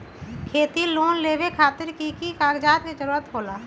खेती लोन लेबे खातिर की की कागजात के जरूरत होला?